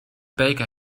baker